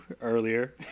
earlier